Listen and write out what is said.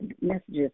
messages